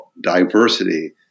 diversity